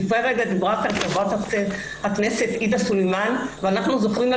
לפני רגע דיברה כאן חברת הכנסת עאידה תומא סלימאן ואנחנו זוכרים לה